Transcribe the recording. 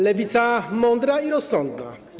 Lewica mądra i rozsądna.